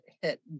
hit